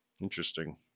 Interesting